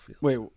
Wait